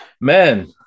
man